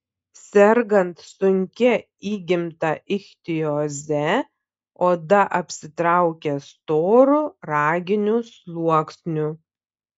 sergant sunkia įgimta ichtioze oda apsitraukia storu raginiu sluoksniu